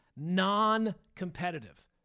non-competitive